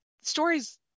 stories